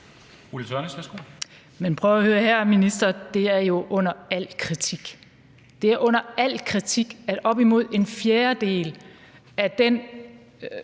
Men prøv at høre her, minister: Det er jo under al kritik. Det er under al kritik i forhold til op imod en fjerdedel af den